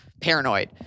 paranoid